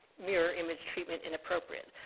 mirror image treatment inappropriate.